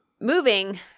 moving